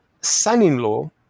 son-in-law